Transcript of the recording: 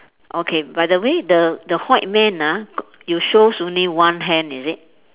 okay by the way the the white man ah g~ you shows only one hand is it